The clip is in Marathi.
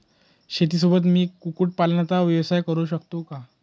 शेतीसोबत मी कुक्कुटपालनाचा व्यवसाय करु शकतो का?